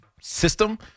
system